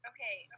Okay